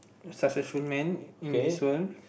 successful man in this world